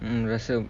mm rasa